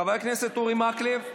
חבר הכנסת אורי מקלב,